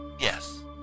Yes